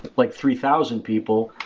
like three thousand people,